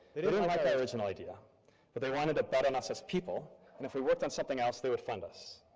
they didn't like our original idea but they wanted to button us as people and if we worked on something else they would fund us.